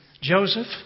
Joseph